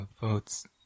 votes